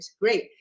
Great